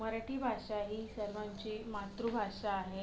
मराठी भाषा ही सर्वांची मातृभाषा आहे